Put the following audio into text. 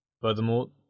Furthermore